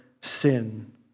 sin